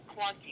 clunky